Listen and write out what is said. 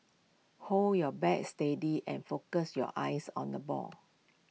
hold your bat steady and focus your eyes on the ball